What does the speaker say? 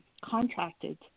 contracted